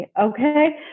okay